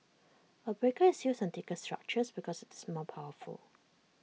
A breaker is used on thicker structures because IT is more powerful